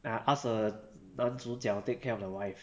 uh ask the 男主角 take care of the wife